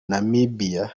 namibia